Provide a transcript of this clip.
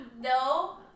No